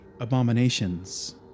abominations